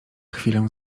chwilę